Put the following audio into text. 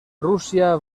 rússia